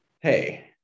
hey